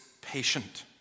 patient